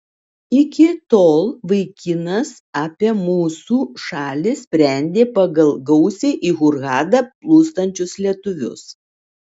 iki tol vaikinas apie mūsų šalį sprendė pagal gausiai į hurgadą plūstančius lietuvius